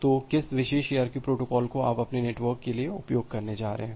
तो किस विशेष ARQ प्रोटोकॉल को आप अपने नेटवर्क के लिए उपयोग करने जा रहे हैं